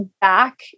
back